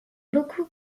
beaucoup